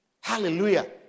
Hallelujah